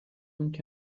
donc